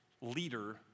leader